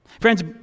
Friends